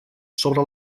sobre